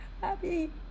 happy